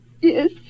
Yes